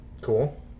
Cool